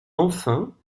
enfin